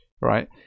right